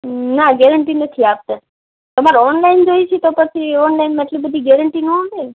ના ગૅરંટી નથી આપતા તમારે ઑનલાઈન જોઈએ છે તો પછી ઑનલાઈનમાં એટલી બધી ગૅરંટી ન આવે ને